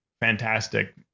fantastic